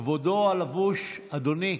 אדוני,